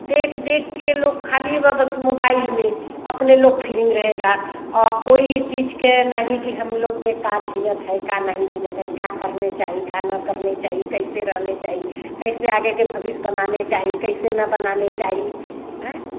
देख देखके लोग खाली व बस मोबाइल में अपने लोग फिरिंग रहेगा आ कोई चीज़ के नाहीं के हम लोग के का भीनत है का नहीं भीनत है का करने चाही का न करने चाही कैसे रहने चाही कैसे आगे के भविष्य बनाने चाही कैसे न बनाने चाही हैं